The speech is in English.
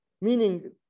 Meaning